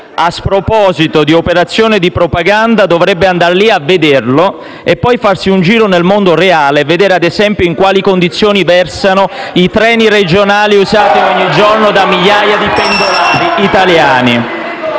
a sproposito di operazione di propaganda dovrebbe andare a vederlo e poi fare un giro nel mondo reale e constatare - ad esempio - in quali condizioni versano i treni regionali usati ogni giorno da migliaia di pendolari italiani.